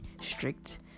strict